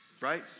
right